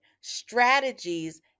strategies